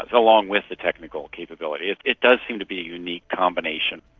along with the technical capability, it it does seem to be a unique combination.